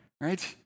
right